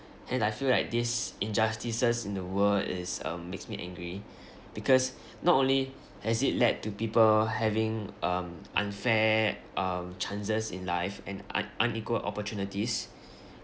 hence I feel like this injustices in the world is um makes me angry because not only has it led to people having um unfair um chances in life and un~ unequal opportunities